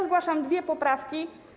Zgłaszam dwie poprawki.